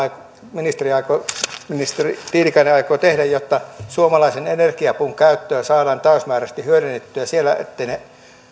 ministeri tiilikainen aikoo tehdä jotta suomalaisen energiapuun käyttö saadaan täysimääräisesti hyödynnettyä siellä etteivät